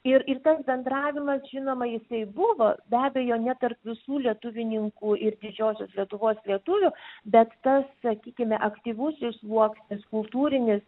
ir ir tas bendravimas žinoma jisai buvo be abejo ne tarp visų lietuvininkų ir didžiosios lietuvos lietuvių bet tas sakykime aktyvusis sluoksnis kultūrinis